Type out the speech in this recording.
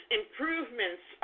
improvements